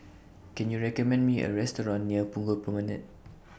Can YOU recommend Me A Restaurant near Punggol Promenade